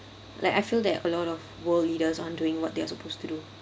like I feel that a lot of world leaders aren't doing what they're supposed to do